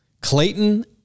Clayton